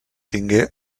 tingué